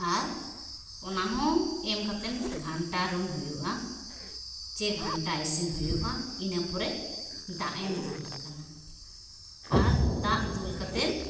ᱟᱨ ᱚᱱᱟ ᱦᱚᱸ ᱮᱢ ᱠᱟᱛᱮᱱ ᱜᱷᱟᱱᱴᱟ ᱨᱩᱱ ᱦᱩᱭᱩᱜᱼᱟ ᱪᱮ ᱜᱷᱟᱱᱴᱟ ᱤᱥᱤᱱ ᱦᱩᱭᱩᱜᱼᱟ ᱤᱱᱟᱹ ᱯᱚᱨᱮ ᱫᱟᱜ ᱮᱢ ᱫᱩᱞᱟᱜ ᱠᱟᱱᱟ ᱟᱨ ᱫᱟᱜ ᱫᱩᱞ ᱠᱟᱛᱮᱱ